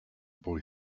boy